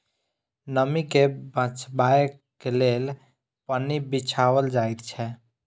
नमीं के बचयबाक लेल पन्नी बिछाओल जाइत छै